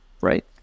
right